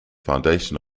foundation